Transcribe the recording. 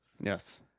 yes